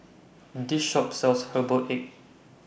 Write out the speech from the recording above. This Shop sells Herbal Egg